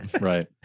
right